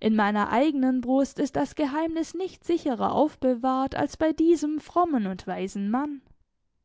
in meiner eigenen brust ist das geheimnis nicht sicherer aufbewahrt als bei diesem frommen und weisen mann